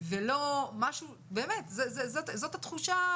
ולא משהו באמת, זאת התחושה